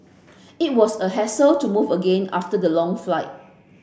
it was a hassle to move again after the long flight